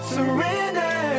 Surrender